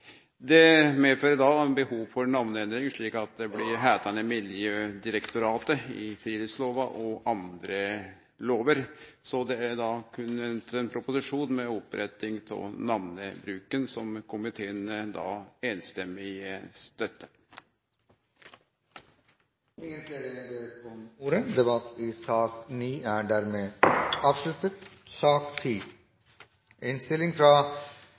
Det medfører da behov for namneendring slik at det blir heitande Miljødirektoratet i friluftslova og andre lover. Det er berre ein proposisjon med oppretting av namnebruken, som komiteen samrøystes støttar. Flere har ikke bedt om ordet til sak nr. 9. Etter ønske fra